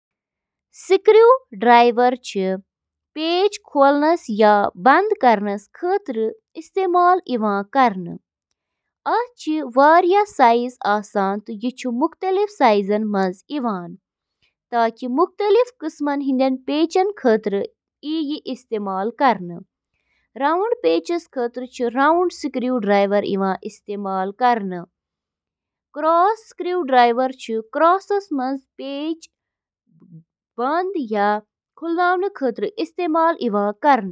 Hair dryer, چُھ اکھ electromechanical آلہ یُس نم مَس پیٹھ محیط یا گرم ہوا چُھ وایان تاکہِ مَس خۄشٕک کرنہٕ خٲطرٕ چُھ آبُک بخارات تیز گژھان۔ ڈرائر چِھ پرتھ سٹرینڈ اندر عارضی ہائیڈروجن بانڈن ہنٛز تشکیل تیز تہٕ کنٹرول کرتھ، مس ہنٛز شکل تہٕ اندازس پیٹھ بہتر کنٹرولس قٲبل بناوان۔